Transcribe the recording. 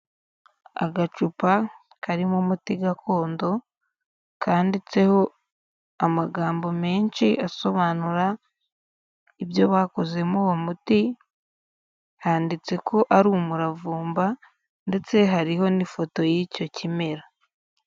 Agacupa karimo umuti gakondo, kanditseho amagambo menshi asobanura ibyo bakozemo uwo muti, handitse ko ari umuravumba, ndetse hariho n'ifoto y'icyo kimera.